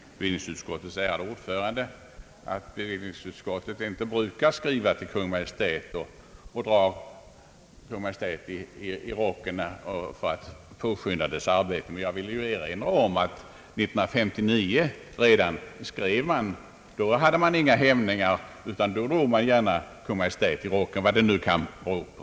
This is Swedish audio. Bevillningsutskottets ärade ordförande sade också, att bevillningsutskottet inte brukar skriva till Kungl. Maj:t och dra Kungl. Maj:t i rocken för att påskynda arbetet. Jag vill erinra om att bevillningsutskottet skrev till Kungl. Maj:t redan år 1959. Då hade man inga hämningar utan drog gärna Kungl. Maj:t i rocken, vad det nu kan bero på.